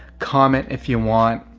comment if you want.